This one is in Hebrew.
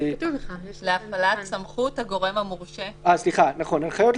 להפעלת סמכות הגורם המורשה והמוסמך.